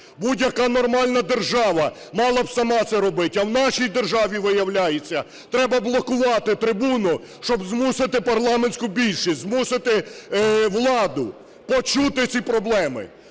Будь-яка нормальна держава мала б сама це робить, а в нашій державі, виявляється, треба блокувати трибуну, щоб змусити парламентську більшість, змусити владу почути ці проблеми.